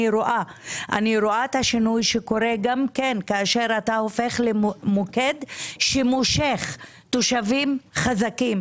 אני רואה את השינוי שקורה כאשר אתה הופך למוקד שמושך אליו תושבים חזקים,